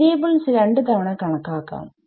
variables രണ്ടു തവണ കണക്കാക്കാം